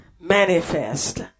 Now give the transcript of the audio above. manifest